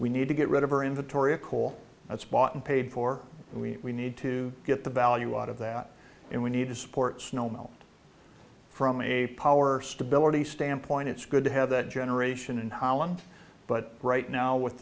we need to get rid of our inventory of coal that's bought and paid for and we need to get the value out of that and we need to support snow melt from a power stability standpoint it's good to have that generation in holland but right now with